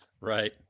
Right